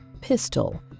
pistol